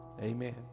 Amen